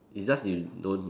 is just you don't